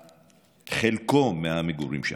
בחלקו, מהמגורים שם.